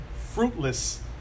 fruitless